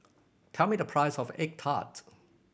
tell me the price of egg tart